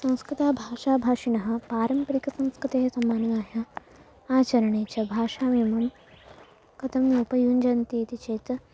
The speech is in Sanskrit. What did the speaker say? संस्कृतभाषाभाषिणः पारम्परिकसंस्कृतेः संमाननाय आचरणे च भाषामिमं कथम् उपयुञ्जन्ति इति चेत्